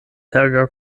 helga